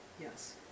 Yes